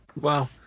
Wow